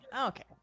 Okay